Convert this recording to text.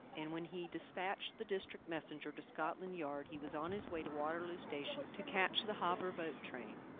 and when he despatched the district messenger to scotland yard he was on his way to waterloo station to catch the havre boat train.